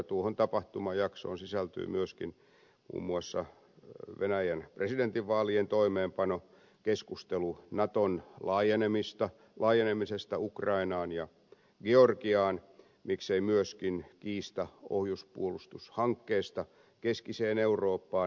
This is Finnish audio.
tuohon tapahtumajaksoon sisältyy myöskin muun muassa venäjän presidentinvaalien toimeenpano keskustelu naton laajenemisesta ukrainaan ja georgiaan miksei myöskin kiista ohjuspuolustushankkeesta keskiseen eurooppaan